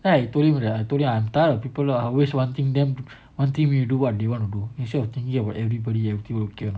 then I told him right that I told you I am tired of people who are always wanting them wanting me to do what they want to do instead of thinking about everybody everything okay or not